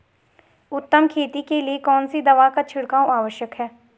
उत्तम खेती के लिए कौन सी दवा का छिड़काव आवश्यक है?